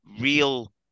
real